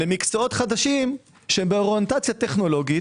למקצועות חדשים שהם באוריינטציה טכנולוגית,